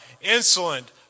insolent